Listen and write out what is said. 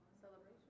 Celebration